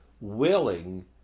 willing